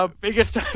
Biggest